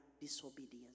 disobedience